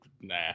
nah